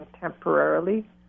temporarily